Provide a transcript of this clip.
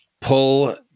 pull